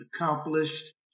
accomplished